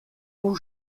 tout